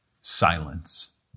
Silence